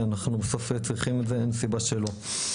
ואנחנו בסוף צריכים את זה, אין סיבה שלא.